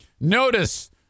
notice